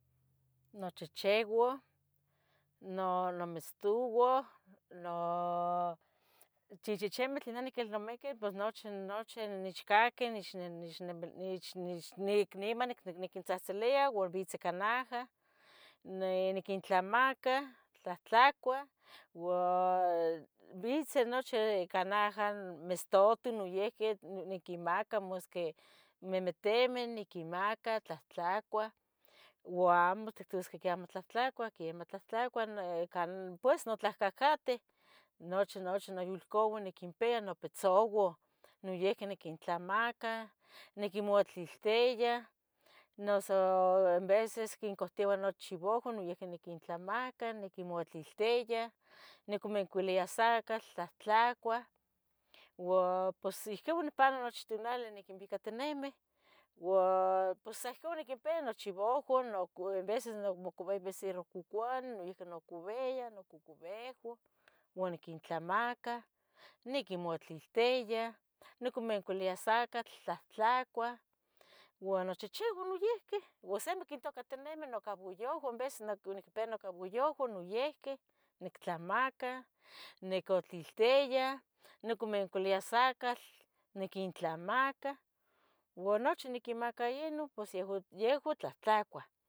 Nochichiuah, nomistouh, noo, chichichimitl, neh niquilnamiqui pos nochi, nochi nichcahqui itich, itch, ni pl itch nic- niman niquintzahtzilia ua uitzeh icah naha, niquintlamaca, tlahtlacuah, ua bitzeh nochi icah naha, mistute nuyihqui niquimaca masqui, memetimeh niquimaca tlahtlacuah, ua amo tictusqueh que amo tlahtlacuah quiemah tlahtlacuah nnecah pues notlahca cateh, nochi, nochi noyulcauah niquimpia, nopitzouah, noyiqui niquintlamaca, niquimutliltya, noso en veces niquincauteua nochivohua noyihqui niquintlamaca niquimutliltiya, nicomoncuilia sacatl, tlahtlacuah ua pos ihquiu nipano nochi tunali niquinbicatinimeh, ua pos sa ihcu niquimpia nochivohua, u cu enveces becerro cuaconeh, noyihqui nocubia, nocucubehua uan niquintlamaca, niquimotlaltia, niquimoncuilia sacatl tlahtlacuah, uan nichichivo noyihqui, o sequimontocatinimi noyihqui nocaballohua, en veces niquimpia nocaballohua noyihqui, nictlamaca, nicotliltia, nicomoncuilia sacatl, niquintlamaca uan nochi niquimaca ino, pues yehua tlahtlacua.